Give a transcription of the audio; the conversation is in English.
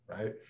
right